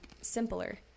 simpler